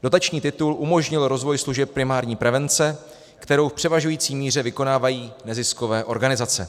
Dotační titul umožnil rozvoj služeb primární prevence, kterou v převažující míře vykonávají neziskové organizace.